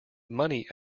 money